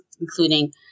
including